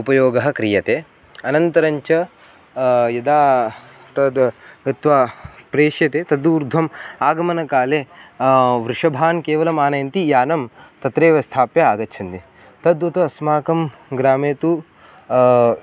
उपयोगः क्रियते अनन्तरं च यदा तत् गत्वा प्रेष्यते तदूर्ध्वम् आगमनकाले वृषभान् केवलमानयन्ति यानं तत्रैव स्थाप्य आगच्छन्ति तद्वत् अस्माकं ग्रामे तु